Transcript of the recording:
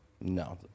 No